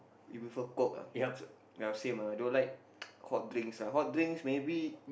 you prefer coke ah so ya same ah I don't like hot drinks ah hot drinks maybe